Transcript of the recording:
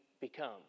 become